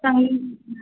चालेल ना